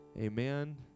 Amen